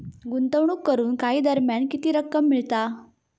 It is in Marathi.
गुंतवणूक करून काही दरम्यान किती रक्कम मिळता?